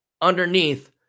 underneath